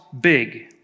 big